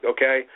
Okay